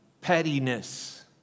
pettiness